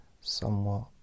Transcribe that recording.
somewhat